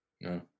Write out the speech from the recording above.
No